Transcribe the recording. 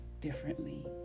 differently